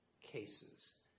cases